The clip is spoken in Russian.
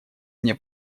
мне